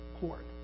court